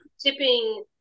Tipping